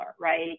right